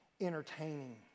entertaining